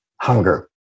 hunger